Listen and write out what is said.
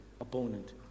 opponent